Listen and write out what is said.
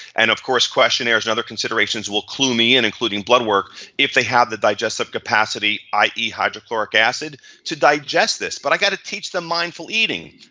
and of course questionnaires and other considerations will clue me in including blood work if they have the digestive capacity, i e. hydrochloric acid to digest this. but i gotta teach the mindful eating,